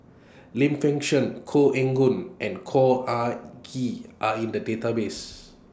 Lim Fei Shen Koh Eng Hoon and Khor Ean Ghee Are in The Database